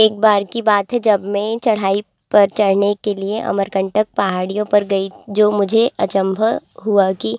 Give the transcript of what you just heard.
एक बार की बात है जब मैं चढ़ाई पर चढ़ने के लिए अमरकंटक पहाड़ियों पर गई जो मुझे अचंभ हुआ कि